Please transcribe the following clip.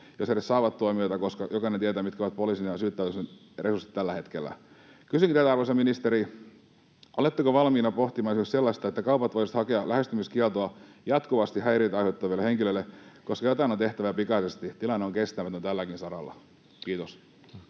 jos he edes saavat tuomioita, koska jokainen tietää, mitkä ovat poliisin ja syyttäjälaitoksen resurssit tällä hetkellä. Kysynkin teiltä, arvoisa ministeri: oletteko valmiina pohtimaan esimerkiksi sellaista, että kaupat voisivat hakea lähestymiskieltoa jatkuvasti häiriötä aiheuttaville henkilöille, koska jotain on tehtävä pikaisesti? Tilanne on kestämätön tälläkin saralla. — Kiitos.